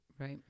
Right